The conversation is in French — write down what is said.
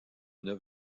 neuf